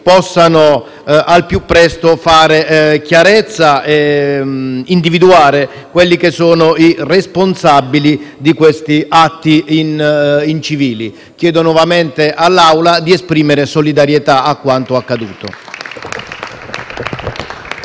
possano al più presto fare chiarezza e individuare i responsabili di questi atti incivili. Chiedo nuovamente all'Assemblea di esprimere solidarietà su quanto accaduto.